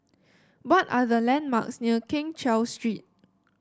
what are the landmarks near Keng Cheow Street